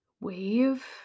wave